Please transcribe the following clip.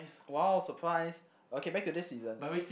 !wow! surprise okay back to this season